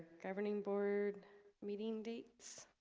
governing board meeting dates